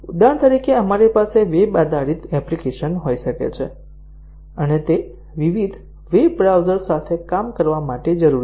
ઉદાહરણ તરીકે આપણી પાસે વેબ આધારિત એપ્લિકેશન હોઈ શકે છે અને તે વિવિધ વેબ બ્રાઉઝર્સ સાથે કામ કરવા માટે જરૂરી છે